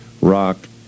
rock